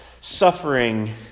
suffering